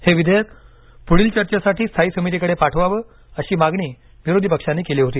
हे विधेयक पुढील चर्चेसाठी स्थायी समितीकडे पाठवावं अशी मागणी विरोधी पक्षांनी केली होती